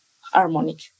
harmonic